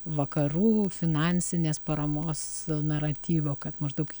vakarų finansinės paramos naratyvo kad maždaug